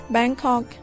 Bangkok